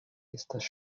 estas